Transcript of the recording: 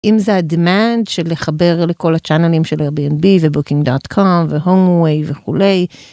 אם זה אדמנט של לחבר לכל הצ'אנלים של ארביאנדבי ובוקינג דאטקאר והומואי וכולי.